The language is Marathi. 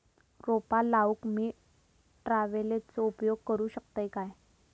रोपा लाऊक मी ट्रावेलचो उपयोग करू शकतय काय?